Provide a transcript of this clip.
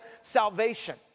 salvation